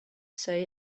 say